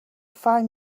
fine